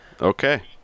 Okay